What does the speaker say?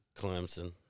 Clemson